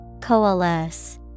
Coalesce